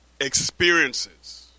Experiences